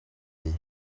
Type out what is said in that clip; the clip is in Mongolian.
бий